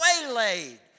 waylaid